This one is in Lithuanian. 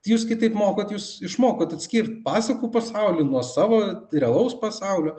tai jūs kai taip mokot jūs išmokot atskirt pasakų pasaulį nuo savo realaus pasaulio